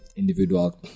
Individual